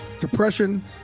Depression